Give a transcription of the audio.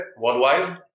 worldwide